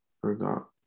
forgot